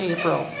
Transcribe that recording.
April